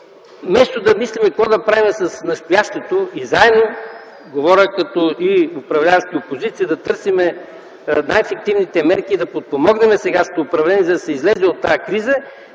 вместо да мислим какво да правим с настоящето и заедно, говоря като управляващи и опозиция, да търсим най-ефективните мерки, да подпомогнем сегашното управление, за да се излезе от тази криза,